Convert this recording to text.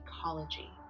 ecology